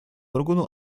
органу